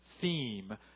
theme